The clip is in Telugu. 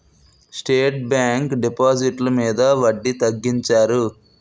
స్టేట్ బ్యాంకు డిపాజిట్లు మీద వడ్డీ తగ్గించారు